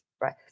Right